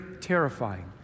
terrifying